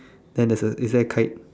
then there's a is there kite